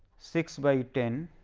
six by ten,